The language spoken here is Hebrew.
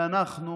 ואנחנו